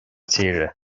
tíre